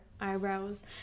eyebrows